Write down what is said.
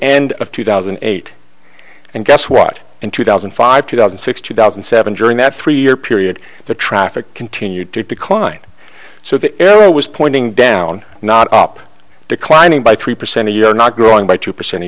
end of two thousand and eight and guess what in two thousand and five two thousand and six two thousand and seven during that three year period the traffic continued to decline so the error was pointing down not up declining by three percent a year not growing by two percent a